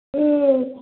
ம்